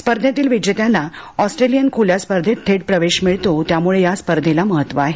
स्पर्धेतील विजेत्याला ऑस्ट्रेलियन खुल्या स्पर्धेत थेट प्रवेश मिऴतो त्यामुऴे या स्पर्धेला महत्त्व आहे